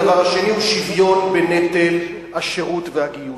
הדבר השני הוא שוויון בנטל השירות והגיוס.